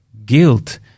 guilt